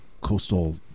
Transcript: coastal